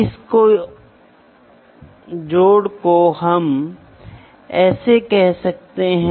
इसलिए vernier callipers जो भी हम उपयोग करते हैं उसमें एक सपाट सतह होती है